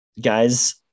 Guys